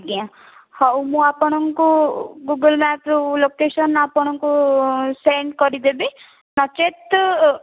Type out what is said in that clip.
ଆଜ୍ଞା ମୁଁ ଆପଣଙ୍କୁ ଗୁଗୁଲ ମ୍ୟାପରୁ ଲୋକେସନ ଆପଣଙ୍କୁ ସେଣ୍ଡ କରିଦେବି ନଚେତ